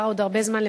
נשאר לך הרבה זמן.